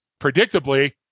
Predictably